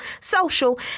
social